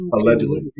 Allegedly